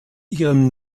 ihrem